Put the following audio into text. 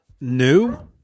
new